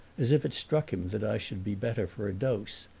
as if it struck him that i should be better for a dose,